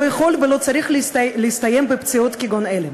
לא יכול ולא צריך להסתיים בפציעות כגון אלה.